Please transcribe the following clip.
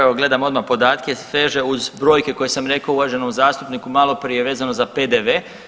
Evo gledam odmah podatke… [[Govornik se ne razumije]] uz brojke koje sam rekao uvaženom zastupniku maloprije vezano za PDV.